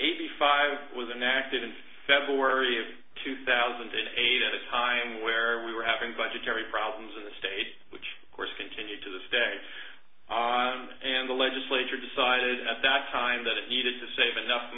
eighty five was enacted in february of two thousand and eight at a time where we were having budgetary problems in the states which of course continued to this day and the legislature decided at that time that it needed to save enough